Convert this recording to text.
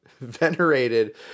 venerated